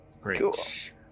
Great